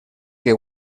que